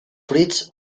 fruits